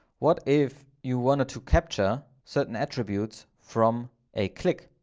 what if you wanted to capture certain attributes from a click.